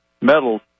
metals